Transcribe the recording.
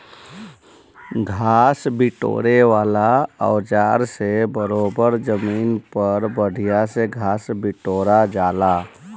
घास बिटोरे वाला औज़ार से बरोबर जमीन पर बढ़िया से घास बिटोरा जाला